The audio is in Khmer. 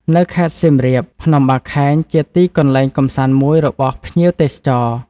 នៅខេត្តសៀមរាប ភ្នំបាខែងជាទីកន្លែងកំសាន្តមួយរបស់ភ្ញៀវទេសចរ ។